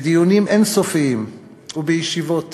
בדיונים אין-סופיים ובישיבות